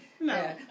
No